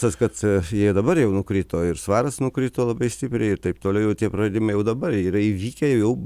tas kad jie dabar jau nukrito ir svaras nukrito labai stipriai ir taip toliau jau tie praradimai jau dabar įvykę jau